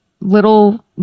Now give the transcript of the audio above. little